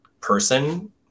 person